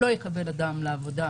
לא יקבל אדם לעבודה,